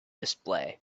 display